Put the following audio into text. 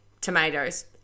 tomatoes